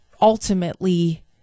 ultimately